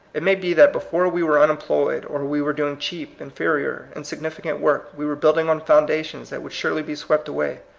it may be that before we were unemployed, or we were doing cheap, inferior, insignificant work we were building on foundations that would surely be swept away.